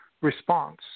response